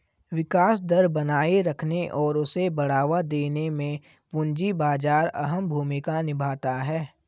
विकास दर बनाये रखने और उसे बढ़ावा देने में पूंजी बाजार अहम भूमिका निभाता है